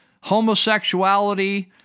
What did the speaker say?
homosexuality